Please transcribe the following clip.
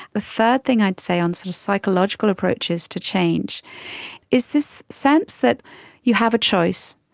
the third thing i'd say on sort of psychological approaches to change is this sense that you have a choice.